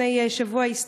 לפני שבוע היא הסתיימה.